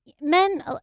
men